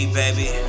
baby